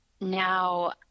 now